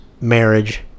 marriage